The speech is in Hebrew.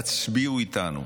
תצביעו איתנו.